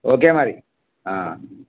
okay మరి